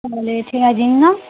हाँ लेठे हैं झींगा